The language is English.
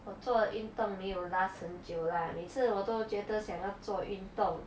我做运动没有 last 很久 lah 每次我都觉得想要做运动